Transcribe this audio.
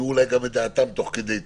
וישמעו אולי את דעתם תוך כדי תנועה.